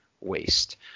waste